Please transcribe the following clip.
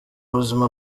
buzima